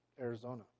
Arizona